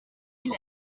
aimé